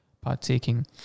partaking